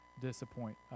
disappoint